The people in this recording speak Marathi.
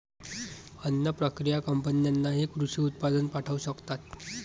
अन्न प्रक्रिया कंपन्यांनाही कृषी उत्पादन पाठवू शकतात